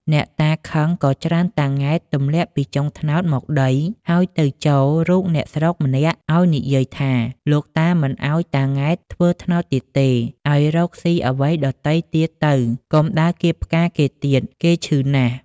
អ្នកតាខឹង ក៏ ច្រានតា ង៉ែត ទម្លាក់ពីចុងត្នោតមកដី ហើយទៅចូលរូបអ្នកស្រុកម្នាក់ ឲ្យនិយាយថា លោកតាមិនឲ្យតា ង៉ែតធ្វើត្នោតទៀតទេ ឲ្យរកស៊ីអ្វីដទៃទៀតទៅ កុំដើរគាបផ្កាគេទៀត គេឈឺណាស់ ។